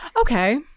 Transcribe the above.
okay